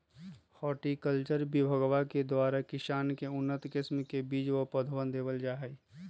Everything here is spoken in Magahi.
हॉर्टिकल्चर विभगवा के द्वारा किसान के उन्नत किस्म के बीज व पौधवन देवल जाहई